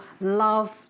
love